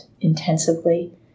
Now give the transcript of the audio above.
intensively